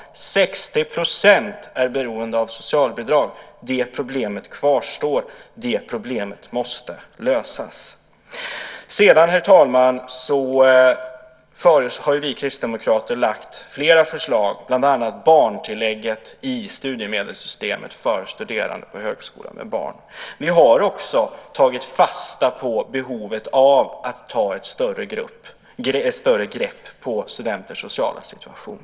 60 % är beroende av socialbidrag; det problemet kvarstår och det måste lösas. Herr talman! Vi kristdemokrater har lagt fram flera förslag, bland annat barntillägget i studiemedelssystemet för studerande med barn på högskola. Vi har också tagit fasta på behovet av att ta ett större grepp på studenters sociala situation.